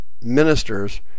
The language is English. ministers